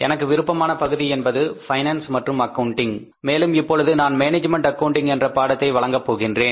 எனக்கு விருப்பமான பகுதி என்பது ஃபைனான்ஸ் மற்றும் அக்கவுண்டிங் மேலும் இப்பொழுது நான் மேனேஜ்மென்ட் அக்கவுண்டிங் என்ற பாடத்தை வழங்க போகின்றேன்